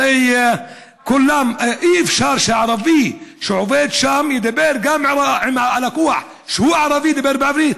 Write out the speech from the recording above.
הרי אי-אפשר שערבי שעובד שם ידבר גם עם לקוח שהוא ערבי בעברית.